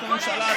אנחנו ממשלה,